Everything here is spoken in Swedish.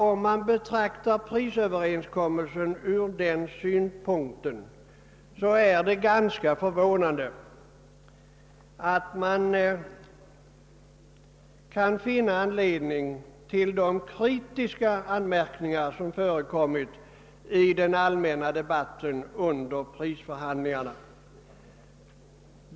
Om man betraktar prisöverenskommelsen ur den synvinkeln, är det ganska förvånande att man kan finna anledning till sådana kritiska anmärkningar som förekommit i den allmänna debatten under prisförhandlingarna.